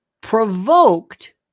provoked